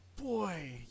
boy